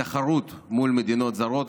בתחרות מול מדינות זרות,